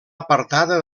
apartada